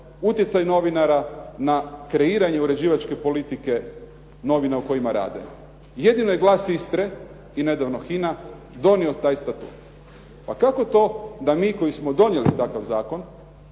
utjecaj novinara na kreiranje uređivačke politike novina u kojima rade. Jedino je Glas Istre i nedavno HINA donio taj statut. Pa kako to da mi koji smo donijeli takav zakon